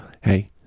Hey